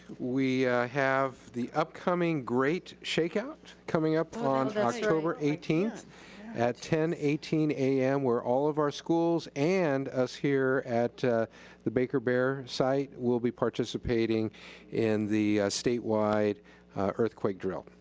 we have the upcoming great shakeout coming up on october eighteenth at ten eighteen am where all of our schools and us here at the baker bear site will be participating in the state wide earthquake drill.